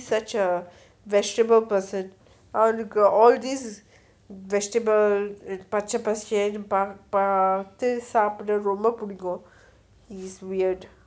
such a vegetable person அவனுக்கு:avanukku all this vegetable and பச்ச பசேல்னு பாத்து சாப்பிட ரொம்ப பிடிக்கும்:pacha paselnu pathu sapda romba pidikkum he's weird